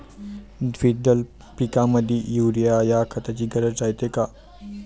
द्विदल पिकामंदी युरीया या खताची गरज रायते का?